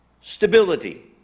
stability